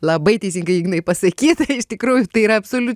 labai teisingai ignai pasakyta iš tikrųjų tai yra absoliut